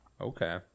Okay